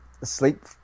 asleep